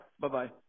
Bye-bye